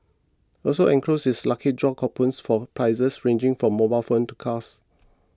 also enclosed is lucky draw coupon for prizes ranging from mobile phones to cars